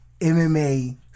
MMA